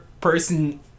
person